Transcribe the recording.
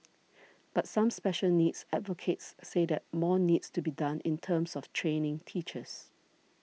but some special needs advocates say that more needs to be done in terms of training teachers